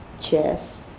Chess